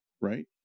right